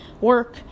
work